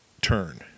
turn